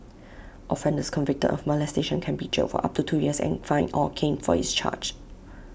offenders convicted of molestation can be jailed for up to two years and fined or caned for each charge